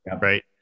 Right